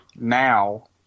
Now